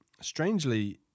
Strangely